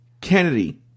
Kennedy